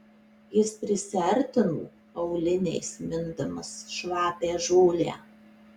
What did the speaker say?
jis prisiartino auliniais mindamas šlapią žolę